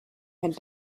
had